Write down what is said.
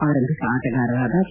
ಆರಂಭಿಕ ಆಟಗಾರರಾದ ಕೆ